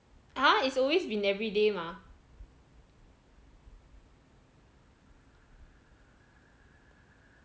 !huh! it's always been everyday mah